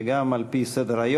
וגם על-פי סדר-היום,